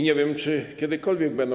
Nie wiem, czy kiedykolwiek będą.